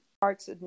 parts